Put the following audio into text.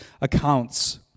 accounts